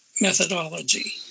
methodology